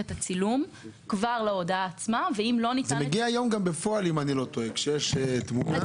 היום זה כבר מגיע בפועל כשיש תמונה.